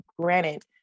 granted